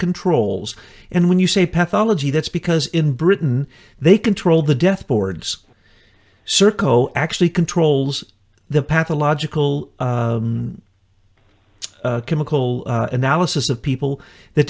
controls and when you say pathology that's because in britain they control the death boards serco actually controls the pathological chemical analysis of people that